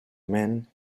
men